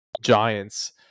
giants